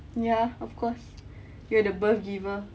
ya of course you're the birth giver